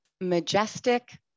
Majestic